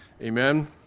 Amen